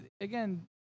Again